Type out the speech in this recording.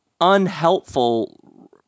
unhelpful